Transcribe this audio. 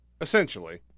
Essentially